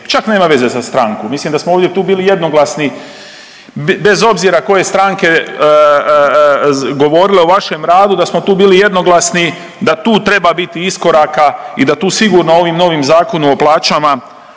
čak nema veze sa strankom, mislim da smo ovdje tu bili jednoglasni bez obzira koje stranke govorile o vašem radu da smo tu bili jednoglasni, da tu treba biti iskoraka i da tu sigurno ovim novim Zakonom o plaćama